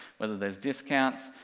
whether there's discounts,